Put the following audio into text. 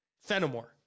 Fenimore